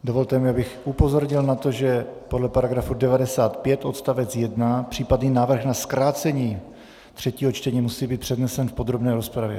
Dovolte mi, abych upozornil na to, že podle § 95 odst. 1 případný návrh na zkrácení třetího čtení musí být přednesen v podrobné rozpravě.